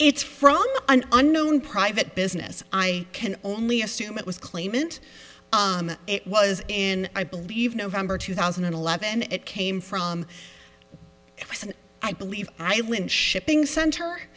it's from an unknown private business i can only assume it was claimant it was in i believe november two thousand and eleven and it came from i believe island shipping center